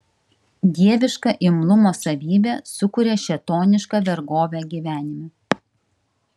dieviška imlumo savybė sukuria šėtonišką vergovę gyvenime